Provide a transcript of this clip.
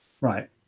Right